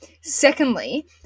Secondly